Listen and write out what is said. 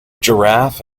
giraffe